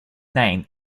name